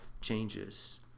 changes